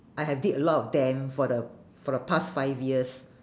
I have did a lot of them for the for the past five years